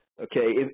okay